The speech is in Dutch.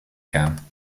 gaan